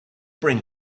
bring